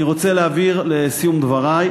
אני רוצה להבהיר לסיום דברי: